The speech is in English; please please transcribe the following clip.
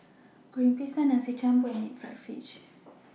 Goreng Pisang Nasi Campur and Deep Fried Fish